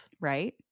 Right